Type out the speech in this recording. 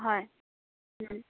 হয়